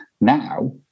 now